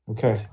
Okay